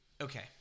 Okay